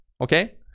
Okay